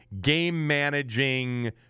game-managing